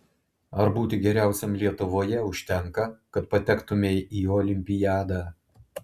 ar būti geriausiam lietuvoje užtenka kad patektumei į olimpiadą